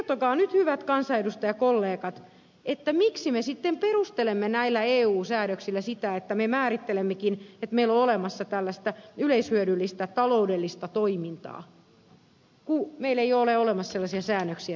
kertokaa nyt hyvät kansanedustajakollegat miksi me sitten perustelemme näillä eu säädöksillä sitä että me määrittelemmekin että meillä on olemassa tällaista yleishyödyllistä taloudellista toimintaa kun meillä ei ole olemassa sellaisia säännöksiä siellä taustalla